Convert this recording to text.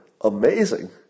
Amazing